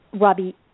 Robbie